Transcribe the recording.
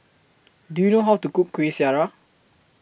Do YOU know How to Cook Kueh Syara